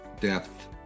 depth